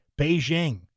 Beijing